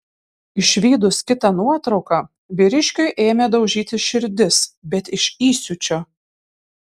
išvydus kitą nuotrauką vyriškiui ėmė daužytis širdis bet iš įsiūčio